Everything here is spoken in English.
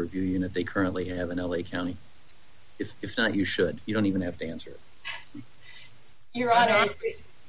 review unit they currently have in l a county if it's not you should you don't even have to answer your honor